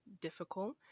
difficult